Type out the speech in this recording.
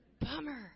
Bummer